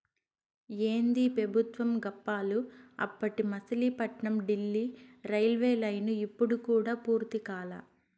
ఏందీ పెబుత్వం గప్పాలు, అప్పటి మసిలీపట్నం డీల్లీ రైల్వేలైను ఇప్పుడు కూడా పూర్తి కాలా